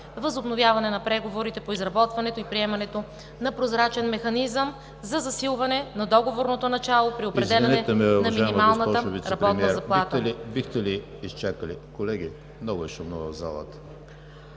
възобновяване на преговорите по изработването и приемането на прозрачен механизъм за засилване на договорното начало при определяне на минималната работна заплата.